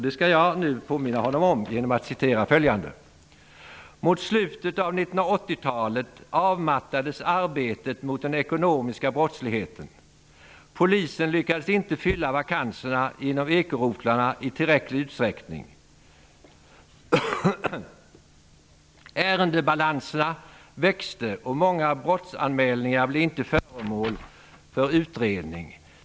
Det skall jag nu påminna honom om genom att citera följande: ''Mot slutet av 1980-talet avmattades arbetet mot den ekonomiska brottsligheten. Polisen lyckades inte fylla vakanserna inom ekorotlarna i tillräcklig utsträckning. Ärendebalanserna växte och många brottsanmälningar blev inte föremål för utredning.